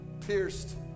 pierced